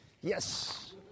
Yes